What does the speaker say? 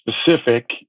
specific